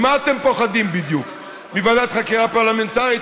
ממה אתם פוחדים בדיוק, מוועדת חקירה פרלמנטרית?